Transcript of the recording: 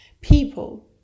People